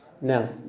Now